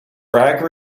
bragg